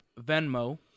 venmo